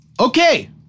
Okay